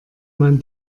man